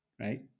right